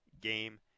game